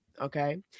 okay